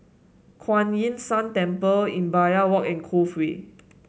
Kuan Yin San Temple Imbiah Walk and Cove Way